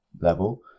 level